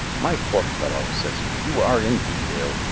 my poor fellow, says he, you are indeed ill.